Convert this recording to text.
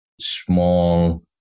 small